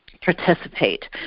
participate